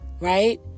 Right